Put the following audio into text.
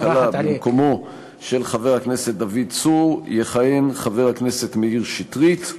במקומו של חבר הכנסת דוד צור יכהן חבר הכנסת מאיר שטרית.